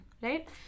right